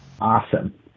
Awesome